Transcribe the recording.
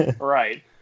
Right